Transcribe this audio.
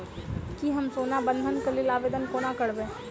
की हम सोना बंधन कऽ लेल आवेदन कोना करबै?